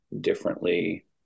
differently